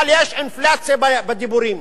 אבל יש אינפלציה בדיבורים.